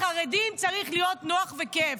לחרדים צריך להיות נוח וכיף.